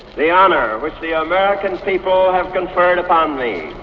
the honour which the american people have conferred upon me,